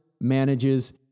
manages